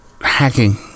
hacking